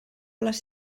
les